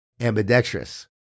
ambidextrous